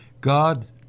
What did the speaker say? God